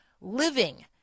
living